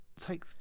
take